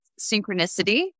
synchronicity